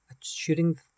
shooting